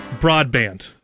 broadband